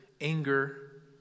anger